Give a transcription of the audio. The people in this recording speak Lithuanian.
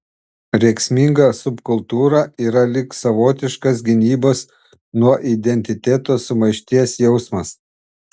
rėksminga subkultūra yra lyg savotiškas gynybos nuo identiteto sumaišties jausmas